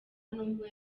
nubwo